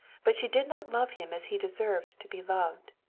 but she did not love him as he deserved to be loved.